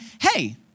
hey